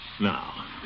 Now